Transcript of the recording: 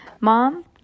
mom